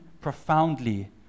profoundly